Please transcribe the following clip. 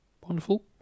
Wonderful